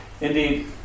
Indeed